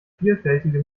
vielfältige